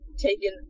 taken